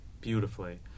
beautifully